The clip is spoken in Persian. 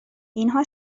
اینها